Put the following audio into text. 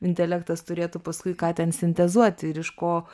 intelektas turėtų paskui ką ten sintezuoti ir iš ko